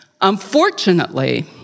Unfortunately